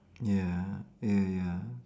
ya ya ya ya